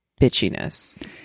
bitchiness